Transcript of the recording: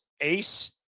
ace